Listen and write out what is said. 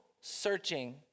searching